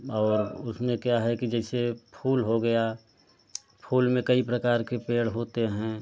और उसमें क्या है कि जैसे फूल हो गया फूल में कई प्रकार के पेड़ होता हैं